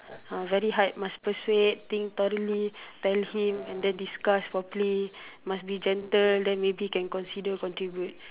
ah very hard must persuade think thoroughly tell him and then discuss properly must be gentle then maybe can consider contribute